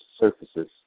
surfaces